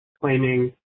claiming